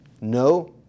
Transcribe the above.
no